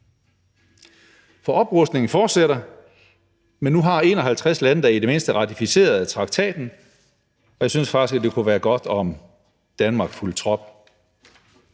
Oprustningen fortsætter, men nu har 51 lande da i det mindste ratificeret traktaten, og jeg synes faktisk, det kunne være godt, om Danmark fulgte trop.